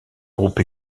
groupe